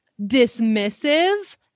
dismissive